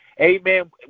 Amen